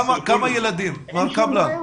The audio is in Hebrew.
אז כמה ילדים, מר קפלן?